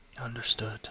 Understood